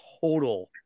total